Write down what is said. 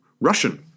Russian